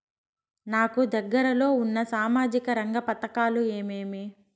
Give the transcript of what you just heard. నాకు దగ్గర లో ఉన్న సామాజిక రంగ పథకాలు ఏమేమీ?